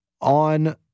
on